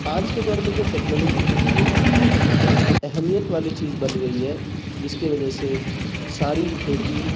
آج کے دور میں جو ٹیکنالوجی اتنی اہمیت والی چیز بن گئی ہے جس کے وجہ سے ساری کھیتی